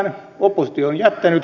oppositio on jättänyt